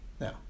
Now